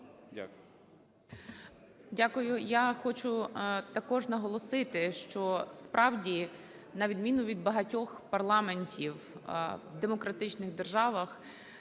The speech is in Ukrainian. Дякую.